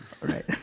right